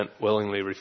willingly